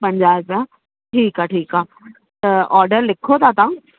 पंजाह हज़ार ठीकु आहे ठीकु आहे त ऑडर लिखो था तव्हां